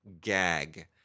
gag